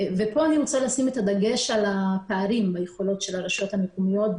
פה אני רוצה לשים את הדגש על הפערים ביכולות של הרשויות המקומיות.